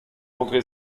andré